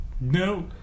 No